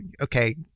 okay